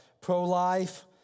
Pro-life